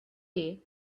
day